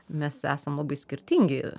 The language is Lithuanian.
mes esam labai skirtingi